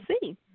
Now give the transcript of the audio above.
see